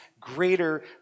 greater